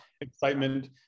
excitement